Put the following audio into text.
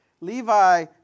Levi